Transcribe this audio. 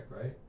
right